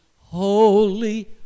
Holy